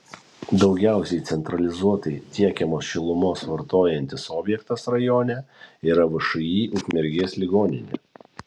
daugiausiai centralizuotai tiekiamos šilumos vartojantis objektas rajone yra všį ukmergės ligoninė